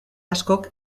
askok